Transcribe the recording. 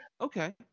Okay